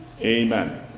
Amen